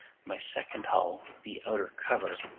my second hull, the outer cover,